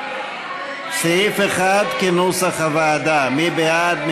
סעיף 1, כנוסח הוועדה, מי בעד?